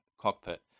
cockpit